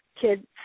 kids